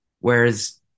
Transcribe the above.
whereas